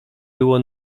było